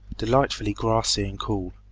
delightfully grassy and cool,